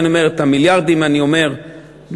את המיליארדים אני אומר במפורש,